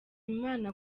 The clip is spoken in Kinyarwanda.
imana